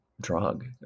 drug